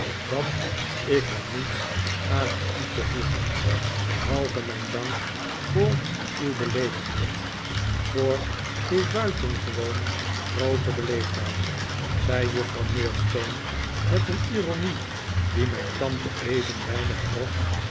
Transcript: dat ik er niets aan neb toe te voegen behalve mijn dank voor uw beleefdheid voor uw buitengewoon groote beleefdheid zei juffrouw murdstone met een ironie die mijn tante even weinig trof